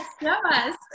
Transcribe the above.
Yes